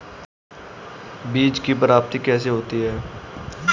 बीज की प्राप्ति कैसे होती है?